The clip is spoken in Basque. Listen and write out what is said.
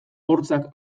hortzak